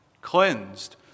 cleansed